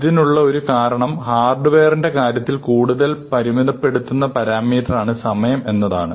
ഇതിനുള്ള ഒരു കാരണം ഹാർഡ്വെയറിന്റെ കാര്യത്തിൽ കൂടുതൽ പരിമിതപ്പെടുത്തുന്ന പാരാമീറ്ററാണ് സമയം എന്നതാണ്